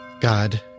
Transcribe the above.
God